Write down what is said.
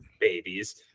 babies